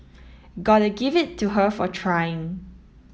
gotta give it to her for trying